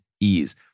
ease